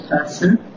person